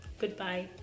Goodbye